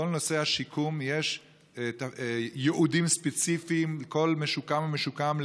לכל נושא השיקום יש ייעודים ספציפיים לכל משוקם ומשוקם,